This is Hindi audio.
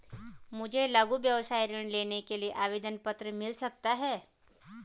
मुझे लघु व्यवसाय ऋण लेने के लिए आवेदन पत्र मिल सकता है?